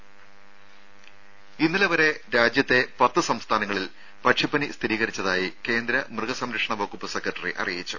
ദേദ ഇന്നലെ വരെ രാജ്യത്തെ പത്ത് സംസ്ഥാനങ്ങളിൽ പക്ഷിപ്പനി സ്ഥിരീകരിച്ചതായി കേന്ദ്ര മൃഗസംരക്ഷണ വകുപ്പ് സെക്രട്ടറി അറിയിച്ചു